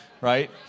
right